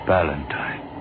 Valentine